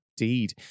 indeed